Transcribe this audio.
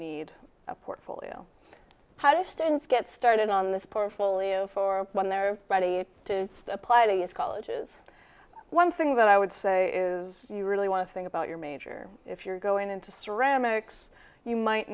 need a portfolio how distance get started on this portfolio for when they're ready to apply to us colleges one thing that i would say is you really want to think about your major if you're going into ceramics you might